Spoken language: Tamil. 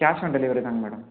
கேஷ் ஆன் டெலிவரி தாங்க மேடம்